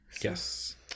Yes